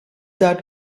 that